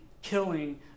killing